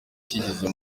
kigeze